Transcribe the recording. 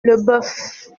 leboeuf